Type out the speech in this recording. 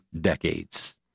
decades